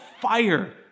fire